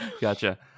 Gotcha